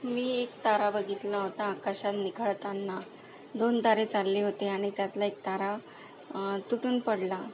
मी एक तारा बघितला होता आकाशात निखळताना दोन तारे चालले होते आणि त्यातला एक तारा तुटून पडला